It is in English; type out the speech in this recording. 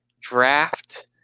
draft